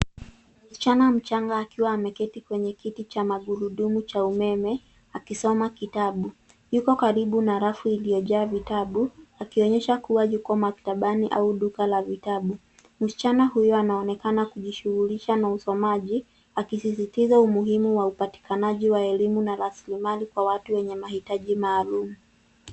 Msichana mchanga akiwa ameketi kwenye kiti cha magurudumu cha umeme, akisoma kitabu. Yuko karibu na rafu iliyojaa vitabu, akionyesha kuwa yuko maktabani au duka la vitabu. Msichana huyu anaonekana kujishughulisha na usomaji, akisisitiza umuhimu wa upatikanaji wa elimu na rasilimali kwa watu wenye mahitaji maalum.